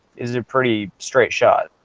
is a pretty straight shot?